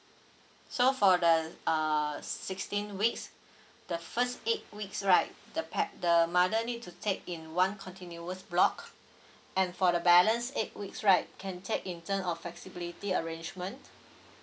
so for the err sixteen weeks the first eight weeks right the pa~ the mother need to take in one continuous block and for the balance eight weeks right can take in terms of flexibility arrangement